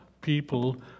people